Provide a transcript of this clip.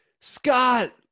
Scott